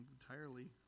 entirely